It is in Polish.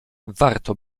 warto